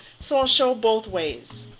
so i'll show both ways.